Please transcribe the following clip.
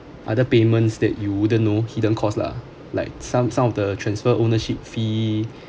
other payments that you wouldn't know hidden costs lah like some some of the transfer ownership fee